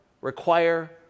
require